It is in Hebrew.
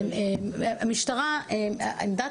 עמדת